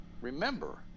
remember